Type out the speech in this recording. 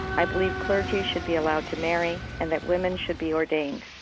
i believe clergy should be allowed to marry and that women should be ordained.